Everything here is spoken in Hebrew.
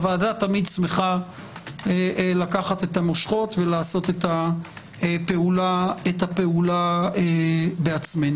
הוועדה תמיד שמחה לקחת את המושכות ולעשות את הפעולה בעצמנו.